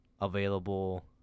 available